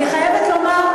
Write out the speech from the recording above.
אני חייבת לומר,